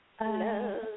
love